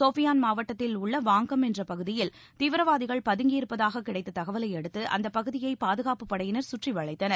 சோபியான் மாவட்டத்தில் உள்ள வாங்கம் என்ற பகுதியில் தீவிரவாதிகள் பதுங்கியிருப்பதாக கிடைத்த தகவலை அடுத்து அந்தப் பகுதியை பாதுகாப்புப் படையினர் சுற்றி வளைத்தனர்